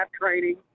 training